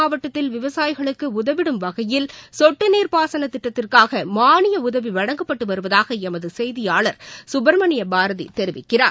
மாவட்டத்தில் விவசாயிகளுக்குஉதவிடும் வகையில் திண்டுக்கல் சொட்டுநீர் பாசனதிட்டத்திற்காகமானியஉதவிவழங்கப்பட்டுவருவதாகளமதுசெய்தியாளா் சுப்ரமணியபாரதிதெரிவிக்கிறார்